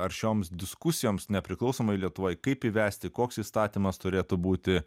aršioms diskusijoms nepriklausomoj lietuvoj kaip įvesti koks įstatymas turėtų būti